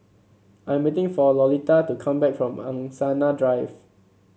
I am waiting for Lolita to come back from Angsana Drive